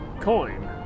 coin